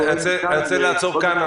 אני רוצה לעצור כאן.